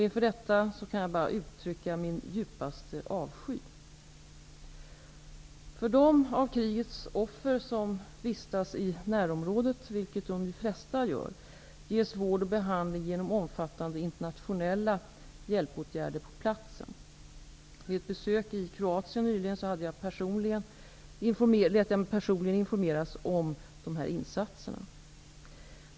Inför detta kan jag bara uttrycka min djupaste avsky. För dem av krigets offer som vistas i närområdet -- vilket ju de flesta gör -- ges vård och behandling genom omfattande internationella hjälpåtgärder på platsen. Vid ett besök i Kroatien nyligen har jag personligen informerat mig om dessa insatser.